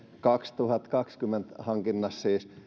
kaksituhattakaksikymmentä hankinnan